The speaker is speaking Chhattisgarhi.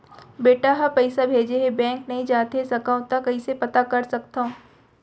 बेटा ह पइसा भेजे हे बैंक नई जाथे सकंव त कइसे पता कर सकथव?